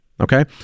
okay